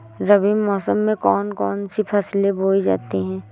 रबी मौसम में कौन कौन सी फसलें बोई जाती हैं?